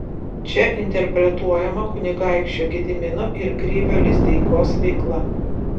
čia interpretuojama kunigaikščio gedimino ir krivio lizdeikos veikla